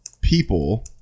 people